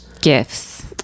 Gifts